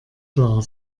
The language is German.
klar